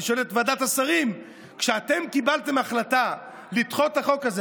אני שואל את ועדת השרים: כשאתם קיבלתם החלטה לדחות את החוק הזה,